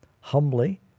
humbly